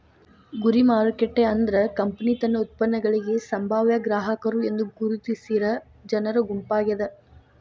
ಗುರಿ ಮಾರುಕಟ್ಟೆ ಅಂದ್ರ ಕಂಪನಿ ತನ್ನ ಉತ್ಪನ್ನಗಳಿಗಿ ಸಂಭಾವ್ಯ ಗ್ರಾಹಕರು ಎಂದು ಗುರುತಿಸಿರ ಜನರ ಗುಂಪಾಗ್ಯಾದ